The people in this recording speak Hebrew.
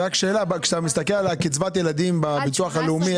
כשאתה מסתגל על קצבת הילדים בביטוח הלאומי,